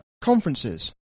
conferences